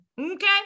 Okay